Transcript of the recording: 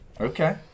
Okay